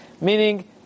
meaning